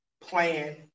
plan